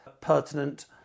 pertinent